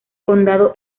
condado